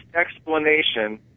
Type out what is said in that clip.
explanation